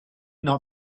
not